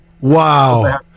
Wow